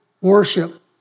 worship